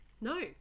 No